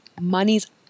money's